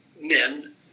men